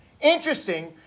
Interesting